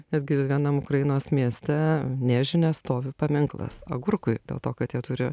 netgi vienam ukrainos mieste niežine stovi paminklas agurkui dėl to kad jie turi